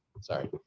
Sorry